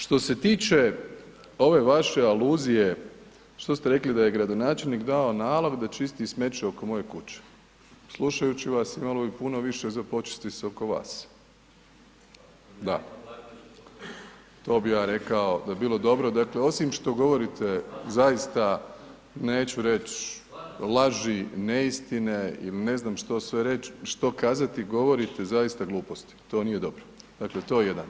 Što se tiče ove vaše aluzije, što ste rekli da je gradonačelnik dao nalog da čisti smeće oko moje kuće, slušajući vas imalo bi puno više za počistiti oko vas, da to bi ja rekao da bi bilo dobro, osim što govorite zaista neću reć laži, neistine ili ne znam što sve reć, što kazati, govorite zaista gluposti, to nije dobro, dakle to je jedan.